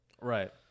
Right